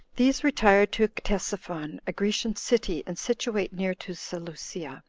these retired to ctesiphon, a grecian city, and situate near to seleucia,